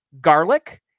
Garlic